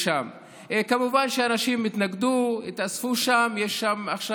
יש לי כבוד גדול כלפיך,